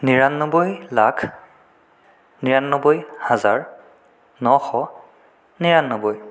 নিৰান্নব্বৈ লাখ নিৰান্নব্বৈ হাজাৰ নশ নিৰান্নব্বৈ